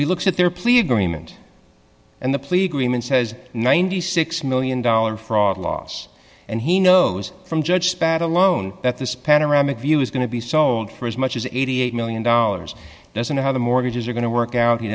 he looks at their plea agreement and the plead greenman says ninety six million dollars fraud loss and he knows from judge bad alone that this panoramic view is going to be sold for as much as eighty eight million dollars doesn't have the mortgages are going to work out he